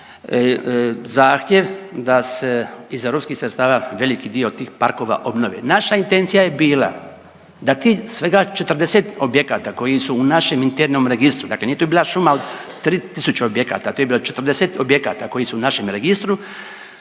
zahtjev da se iz europskih sredstava veliki dio tih parkova obnove. Naša intencija je bila da ti svega 40 objekata koji su našem internom registru, dakle nije to bila šuma od 3.000 objekata to je bilo 40 objekata koji su našem registru